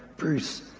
bruce,